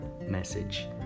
message